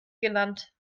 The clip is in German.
genannt